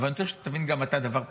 אבל אני צריך שתבין גם אתה דבר פשוט: